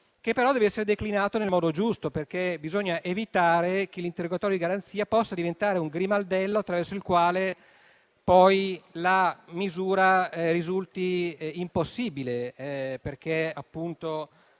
che però deve essere declinato nel modo giusto. Bisogna evitare, cioè, che l'interrogatorio di garanzia diventi un grimaldello attraverso il quale la misura risulti impossibile perché